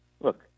Look